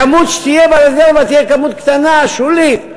הכמות שתהיה באזור תהיה כמות קטנה, שולית,